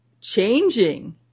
changing